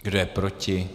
Kdo je proti?